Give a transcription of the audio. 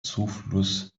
zufluss